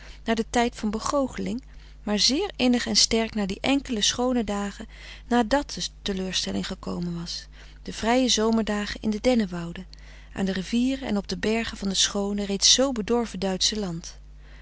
naar den tijd van begoocheling maar zeer innig en sterk naar die enkele schoone dagen nàdat de teleurstelling gekomen was de vrije zomerdagen in de dennewouden aan de rivieren en op de bergen van het schoone reeds zoo bedorven